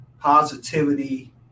positivity